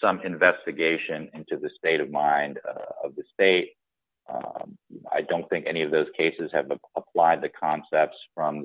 some investigation into the state of mind of the state i don't think any of those cases have been applied the concepts from